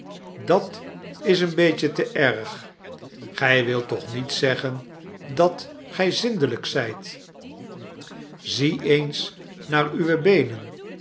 dat is een beetje te erg gij wilt toch niet zeggen dat gij zindelyk zyt zie eens naar uwe beenen